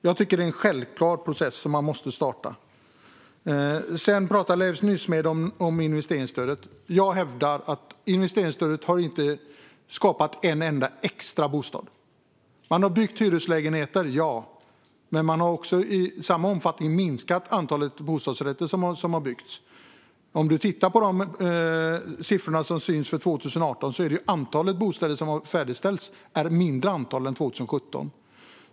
Jag tycker att det är en självklar process, som man måste starta. Sedan talar Leif Nysmed om investeringsstödet. Jag hävdar att investeringsstödet inte har skapat en enda extra bostad. Man har byggt hyreslägenheter, ja, men man har i samma omfattning minskat antalet bostadsrätter som har byggts. Om du tittar på siffrorna för 2018 ser du att antalet bostäder som har färdigställts är mindre än det var 2017.